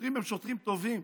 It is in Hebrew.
השוטרים הם שוטרים טובים.